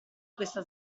questa